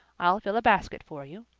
i'll fill a basket for you.